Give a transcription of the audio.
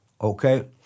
okay